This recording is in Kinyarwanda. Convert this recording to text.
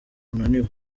unaniwe